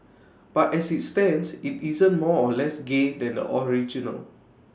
but as IT stands IT isn't more or less gay than the original